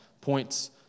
points